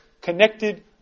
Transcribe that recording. Connected